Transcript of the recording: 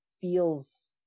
feels